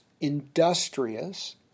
industrious